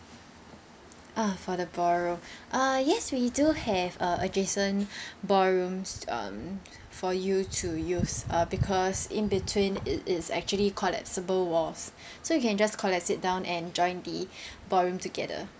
ah for the ballroom uh yes we do have a adjacent ballrooms um for you to use uh because in between it is actually collapsible walls so you can just collapse it down and join the ballroom together